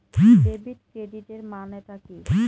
Debit ক্রেডিটের মানে টা কি?